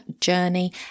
journey